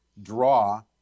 draw